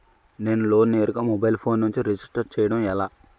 నేను లోన్ నేరుగా mobile phone నుంచి రిజిస్టర్ చేయండి ఎలా?